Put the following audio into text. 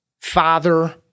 father